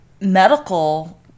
medical